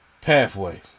pathway